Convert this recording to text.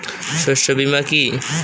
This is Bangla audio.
শস্য বীমা কি?